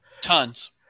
tons